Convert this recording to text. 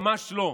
ממש לא,